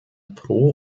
pro